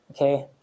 Okay